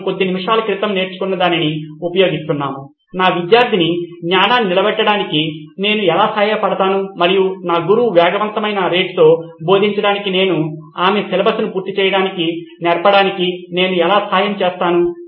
మనము కొద్ది నిమిషాల క్రితం నేర్చుకున్నదాన్ని ఉపయోగిస్తున్నాము నా విద్యార్థిని జ్ఞానాన్ని నిలబెట్టడానికి నేను ఎలా సహాయపడతాను మరియు నా గురువు వేగవంతమైన రేటుతో బోధించడానికి లేదా ఆమె సిలబస్ను పూర్తి చేయడానికి నేర్పడానికి నేను ఎలా సహాయం చేస్తాను